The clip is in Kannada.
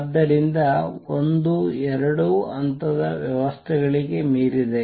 ಆದ್ದರಿಂದ ಒಂದು ಎರಡು ಹಂತದ ವ್ಯವಸ್ಥೆಗಳಿಗೆ ಮೀರಿದೆ